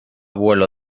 vuelo